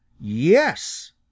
Yes